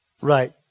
right